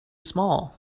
small